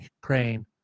Crane